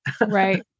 Right